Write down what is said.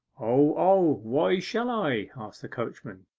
o, o why shall i asked the coachman,